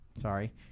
Sorry